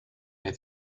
have